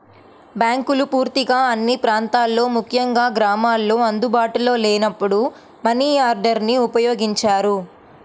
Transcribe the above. బ్యాంకులు పూర్తిగా అన్ని ప్రాంతాల్లో ముఖ్యంగా గ్రామాల్లో అందుబాటులో లేనప్పుడు మనియార్డర్ని ఉపయోగించారు